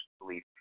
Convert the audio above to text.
believe